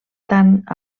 tant